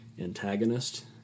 antagonist